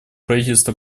правительства